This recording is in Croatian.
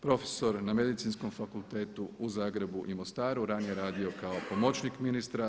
Prof. na Medicinskom fakultetu u Zagrebu i Mostaru, ranije radio kao pomoćnik ministra.